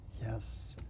Yes